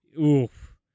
oof